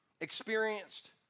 experienced